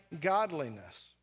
godliness